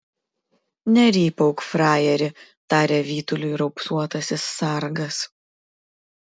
nerypauk frajeri tarė vytuliui raupsuotasis sargas